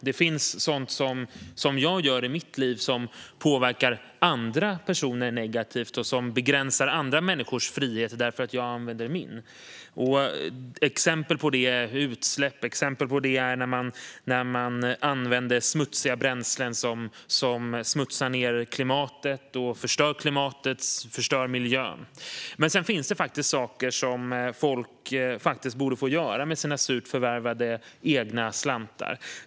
Det finns sådant som jag gör i mitt liv som påverkar andra personer negativt, och andra människors frihet kan begränsas när jag använder min. Exempel på det är utsläpp och när man använder smutsiga bränslen som förstör miljön och klimatet. Men sedan finns det saker som folk faktiskt borde få göra med sina surt förvärvade egna slantar.